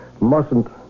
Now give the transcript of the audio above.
mustn't